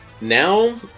Now